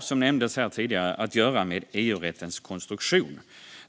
Som nämndes tidigare har detta med EU-rättens konstruktion att göra;